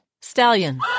Stallion